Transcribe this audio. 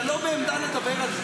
אתה לא בעמדה לדבר על זה.